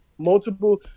multiple